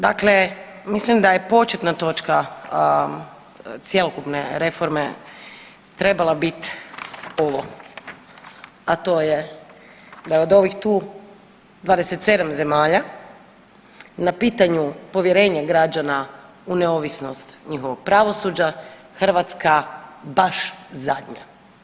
Dakle, mislim da je početna točka cjelokupne reforme trebala biti ovo, a to je da je od ovih tu 27 zemalja na pitanju povjerenja građana u neovisnost njihovog pravosuđa Hrvatska baš zadnja.